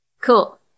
Cool